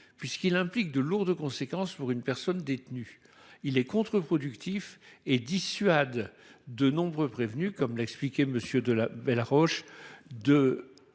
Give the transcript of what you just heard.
puisqu'il implique de lourdes conséquences pour une personne détenue. Il est contre-productif et dissuade de nombreux prévenus d'intenter un recours,